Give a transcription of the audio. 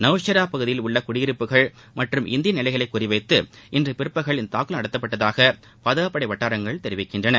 நவ்ஷெரா பகுதியில் உள்ள குடியிருப்புகள் மற்றும் இந்திய நிலைகளை குறிவைத்து இன்று பிற்பகல் இந்த தாக்குதல் நடத்தப்பட்டதாக பாதுகாப்புப்படை வட்டாரங்கள் தெரிவிக்கின்றன